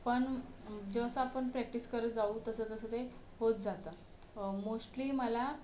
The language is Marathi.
पण जसं आपण प्रॅक्टिस करत जाऊ तसं तसं ते होत जातं मोस्टली मला